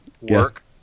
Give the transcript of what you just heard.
work